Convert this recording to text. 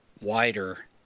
wider